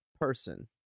person